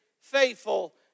faithful